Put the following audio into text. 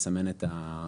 והיא לסמן את המוצרים,